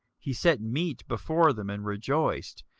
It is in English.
he set meat before them, and rejoiced,